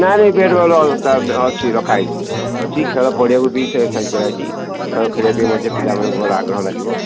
ନାଁ ନାଇଁ bat ball ଅଛି ରଖାହୋଇଛି ଅଛି ଖେଳ ପଡ଼ିଆକୁ ବି ସାଇଜ୍ କରାହୋଇଛି ଖେଳ ଖେଳିବା ପାଇଁ ମଧ୍ୟ ପିଲାମାନଙ୍କୁ ଭଲ ଆଗ୍ରହ ଲାଗିବ